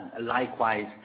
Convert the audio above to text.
Likewise